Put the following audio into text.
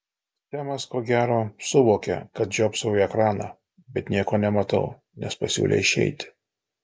semas ko gero suvokė kad žiopsau į ekraną bet nieko nematau nes pasiūlė išeiti